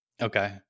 okay